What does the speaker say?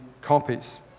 copies